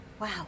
Wow